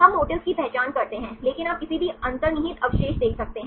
हम मोटिफ्स की पहचान करते हैं लेकिन आप किसी भी अंतर्निहित अवशेष देख सकते हैं